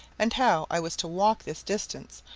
and how i was to walk this distance,